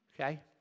Okay